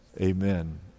amen